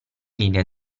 linea